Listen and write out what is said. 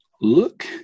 look